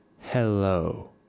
Hello